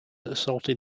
assaulted